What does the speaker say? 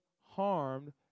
harmed